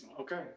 Okay